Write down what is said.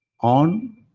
on